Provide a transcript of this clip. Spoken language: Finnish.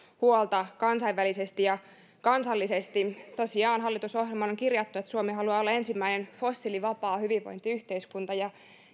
huolta kansainvälisesti ja kansallisesti tosiaan hallitusohjelmaan on kirjattu että suomi haluaa olla ensimmäinen fossiilivapaa hyvinvointiyhteiskunta ja